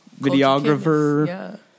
videographer